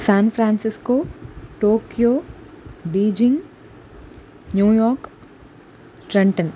San Francisco Tokyo Beijing New York Trenton